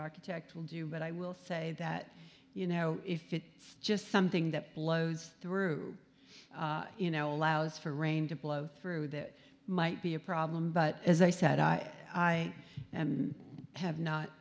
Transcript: architect will do but i will say that you know if it just something that blows through you know allows for rain to blow through that might be a problem but as i said i i have not